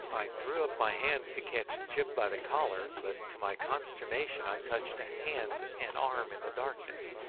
i threw up my hands to catch gyp by the collar, but to my consternation i touched a hand and arm in the darkness,